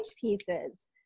pieces